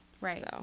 Right